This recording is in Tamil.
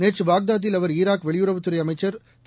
நேற்றுபாக்தாதில் அவர் ஈராக் வெளியுறவுத் துறைஅமைச்சர் திரு